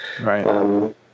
Right